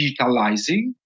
digitalizing